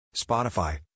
Spotify